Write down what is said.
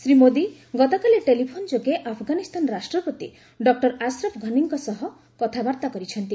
ଶ୍ରୀ ମୋଦୀ ଗତକାଲି ଟେଲିଫୋନ୍ ଯୋଗେ ଆଫ୍ଗାନିସ୍ତାନ ରାଷ୍ଟ୍ରପତି ଡକୁର ଆଶ୍ରଫ୍ ଘନିଙ୍କ ସହ କଥାବାର୍ତ୍ତା କରିଛନ୍ତି